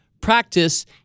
practice